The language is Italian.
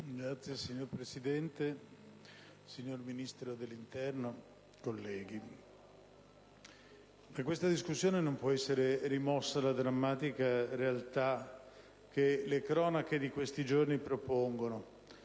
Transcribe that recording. *(PD)*. Signor Presidente, signor Ministro dell'interno, colleghi, da questa discussione non può essere rimossa la drammatica realtà che le cronache di questi giorni propongono.